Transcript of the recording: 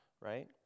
right